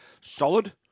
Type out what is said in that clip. solid